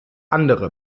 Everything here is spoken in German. andere